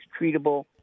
treatable